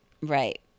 Right